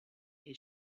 his